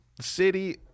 city